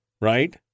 right